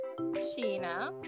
Sheena